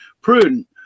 prudent